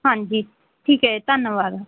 ਹਾਂਜੀ ਠੀਕ ਹੈ ਧੰਨਵਾਦ